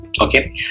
okay